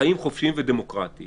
חיים חופשיים ודמוקרטיים